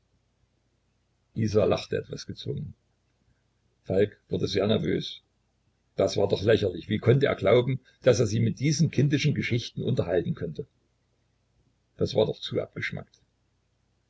isa lachte etwas gezwungen falk wurde sehr nervös das war doch lächerlich wie konnte er glauben daß er sie mit diesen kindischen geschichten unterhalten könnte das war doch zu abgeschmackt